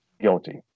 guilty